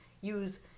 use